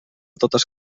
totes